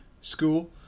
school